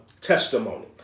testimony